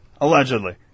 Allegedly